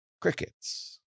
crickets